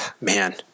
Man